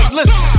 Listen